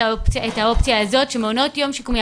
האופציה הזאת שמעונות יום שיקומיים,